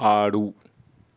ఆడు